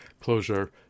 closure